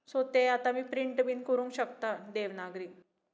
so तें आतां आमी प्रिंट बीन करूंक शकता देवनागरींत